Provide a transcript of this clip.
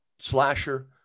slasher